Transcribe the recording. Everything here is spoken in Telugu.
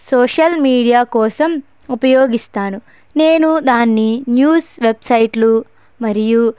సోషల్ మీడియా కోసం ఉపయోగిస్తాను నేను దాన్ని న్యూస్ వెబ్సైట్లు మరియు